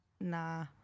Nah